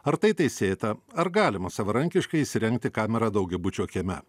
ar tai teisėta ar galima savarankiškai įsirengti kamerą daugiabučio kieme